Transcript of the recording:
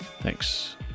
Thanks